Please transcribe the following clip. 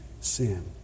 sin